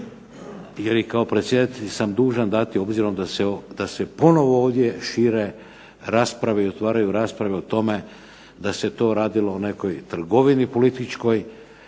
jer i kao predsjedatelj sam dužan dati obzirom da se ponovno ovdje šire rasprave i otvaraju rasprave o tome da se to radilo o nekoj političkoj